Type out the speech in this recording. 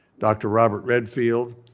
dr. robert redfield,